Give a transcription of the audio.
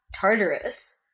Tartarus